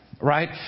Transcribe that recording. right